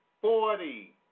forty